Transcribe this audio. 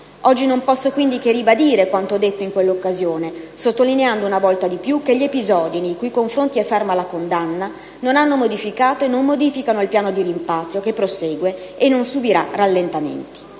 Oggi non posso quindi che ribadire quanto detto in quell'occasione, sottolineando una volta di più che gli episodi, nei cui confronti è ferma la condanna, non hanno modificato e non modificano il piano di rimpatrio, che prosegue e non subirà rallentamenti.